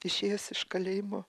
išėjęs iš kalėjimo